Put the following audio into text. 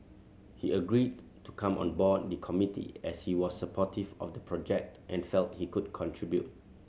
he agreed to come on board the committee as he was supportive of the project and felt he could contribute